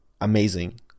amazing